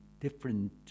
different